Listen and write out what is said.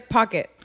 Pocket